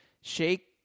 Shake